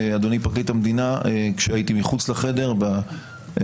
אדוני פרקליט המדינה כשהייתי מחוץ לחדר באינטרנט,